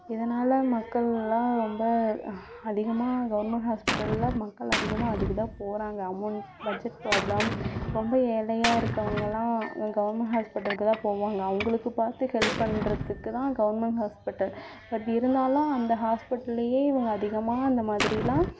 இதனால மக்கள்லாம் ரொம்ப அதிகமாக கவர்மெண்ட் ஹாஸ்ப்பிட்டலில் மக்கள் அதிகமாக அதுக்கு தான் போகிறாங்க அமவுண்ட் பட்ஜெட் ப்ராப்ளம் ரொம்ப ஏழையாக இருக்கவங்கள்லாம் கவர்மெண்ட் ஹாஸ்ப்பிட்டலுக்கு தான் போவாங்க அவங்களுக்கு பார்த்து ஹெல்ப் பண்ணுறதுக்கு தான் கவர்மெண்ட் ஹாஸ்ப்பிட்டல் பட் இருந்தாலும் அந்த ஹாஸ்ப்பிட்டல்லேயே இவங்க அதிகமாக அந்த மாதிரிலாம்